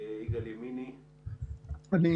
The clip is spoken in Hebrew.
שלמה אוחיון.